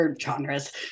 genres